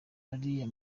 bariya